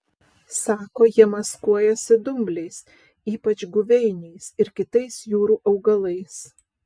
sako jie maskuojasi dumbliais ypač guveiniais ir kitais jūrų augalais